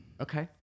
Okay